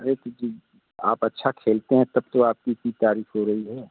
अरे क्योंकि आप अच्छा खेलते हैं तब तो आपकी इतनी तारीफ हो रही है